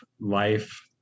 life